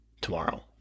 tomorrow